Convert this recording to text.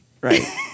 Right